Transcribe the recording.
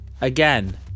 again